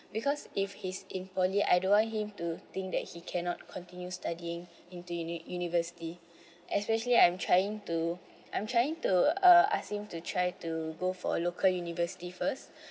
because if he's in poly I don't want him to think that he cannot continue studying into univ~ university especially I'm trying to I'm trying to uh ask him to try to go for a local university first